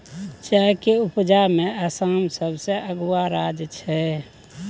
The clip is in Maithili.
चाय के उपजा में आसाम सबसे अगुआ राज्य छइ